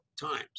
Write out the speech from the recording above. times